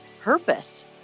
purpose